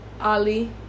Ali